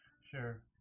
Sure